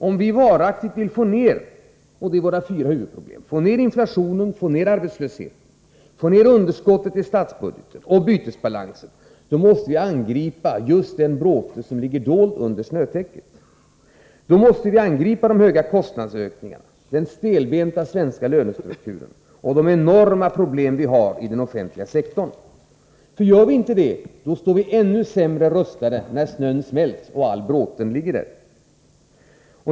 Om vi varaktigt — och här har vi våra fyra huvudproblem — vill få ned inflation, arbetslöshet, underskott i statsbudget och bytesbalans, då måste vi angripa just den bråte som ligger dold under snötäcket. Då måste vi angripa de höga kostnadsökningarna, den stelbenta svenska lönestrukturen och de enorma problemen i den offentliga sektorn. Gör vi inte detta, då står vi än sämre rustade när snön smält och all bråten ligger där.